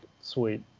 Sweet